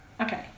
Okay